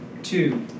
Two